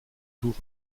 tour